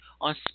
on